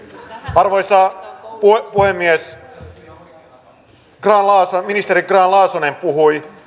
arvoisa puhemies ministeri grahn laasonen puhui